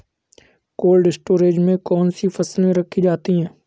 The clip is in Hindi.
कोल्ड स्टोरेज में कौन कौन सी फसलें रखी जाती हैं?